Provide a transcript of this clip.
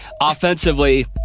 offensively